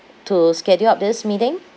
to schedule up this meeting